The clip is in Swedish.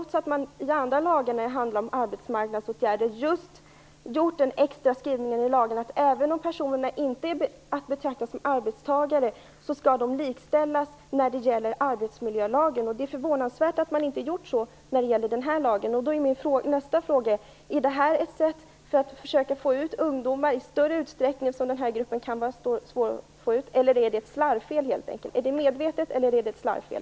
I fråga om andra lagar om arbetsmarknadsåtgärder har man haft just den extra skrivningen i lagen att personer, även om de inte är att betrakta som arbetstagare, skall likställas när det gäller arbetsmiljölagen? Det är förvånansvärt att man inte har gjort så när det gäller den här lagen. Är det här ett sätt att försöka få ut ungdomar i större utsträckning, eftersom den gruppen kan vara svår att får ut, eller är det helt enkelt ett slarvfel? Är det ett medvetet fel eller är det ett slarvfel?